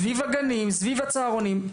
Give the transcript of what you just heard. סביב הצהרונים,